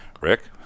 rick